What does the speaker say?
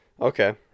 Okay